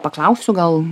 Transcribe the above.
paklausiu gal